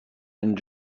and